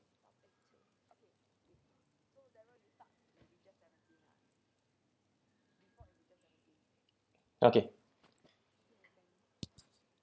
okay